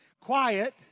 Quiet